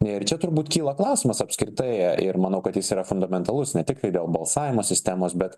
ir čia turbūt kyla klausimas apskritai ir manau kad jis yra fundamentalus ne tiktai dėl balsavimo sistemos bet